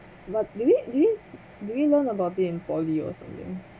but do we this do you learn about it in poly or something